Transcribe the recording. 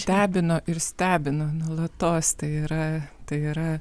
stebino ir stebina nuolatos tai yra tai yra